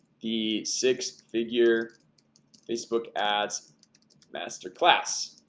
the six-figure facebook ads masterclass